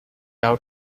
out